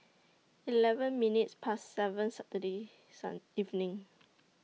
eleven minutes Past seven Saturday Sun evening